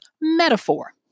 metaphor